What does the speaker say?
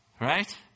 Right